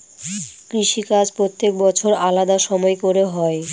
কৃষিকাজ প্রত্যেক বছর আলাদা সময় করে হয়